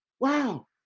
Wow